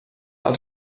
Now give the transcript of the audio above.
als